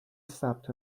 ثبت